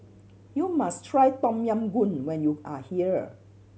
you must try Tom Yam Goong when you are here